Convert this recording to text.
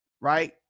right